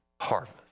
harvest